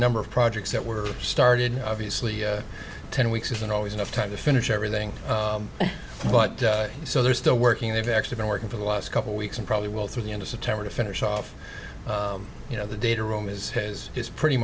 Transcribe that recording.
number of projects that were started obviously ten weeks isn't always enough time to finish everything but so they're still working they've actually been working for the last couple weeks and probably well through the end of september to finish off you know the data room is has is pretty